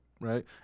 Right